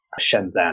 Shenzhen